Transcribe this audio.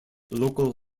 local